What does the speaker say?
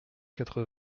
quatre